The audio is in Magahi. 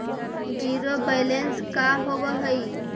जिरो बैलेंस का होव हइ?